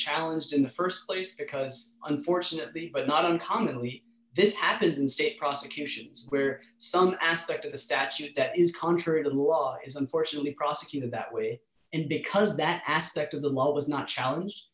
challenged in the st place because unfortunately but not uncommonly this happens in state prosecutions where some aspect of the statute that is contrary to the law is unfortunately prosecuted that way and because that aspect of the law was not challenge